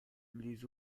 les